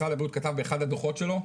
משרד הבריאות כתב את זה באחד הדוחות שלו,